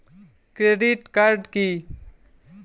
Credit card কি?